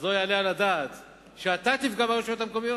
אז לא יעלה על הדעת שאתה תפגע ברשויות המקומיות.